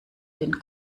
den